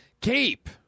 keep